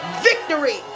victory